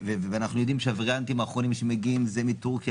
ואנחנו יודעים שהווריאנטים האחרונים שמגיעים זה מטורקיה,